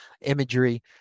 imagery